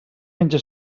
menja